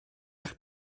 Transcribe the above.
eich